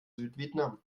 südvietnam